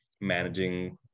managing